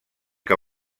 que